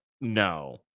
no